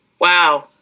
Wow